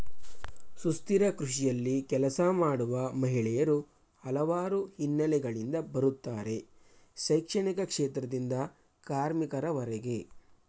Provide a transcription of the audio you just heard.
ಸುಸ್ಥಿರ ಕೃಷಿಯಲ್ಲಿ ಕೆಲಸ ಮಾಡುವ ಮಹಿಳೆಯರು ಹಲವಾರು ಹಿನ್ನೆಲೆಗಳಿಂದ ಬರುತ್ತಾರೆ ಶೈಕ್ಷಣಿಕ ಕ್ಷೇತ್ರದಿಂದ ಕಾರ್ಮಿಕರವರೆಗೆ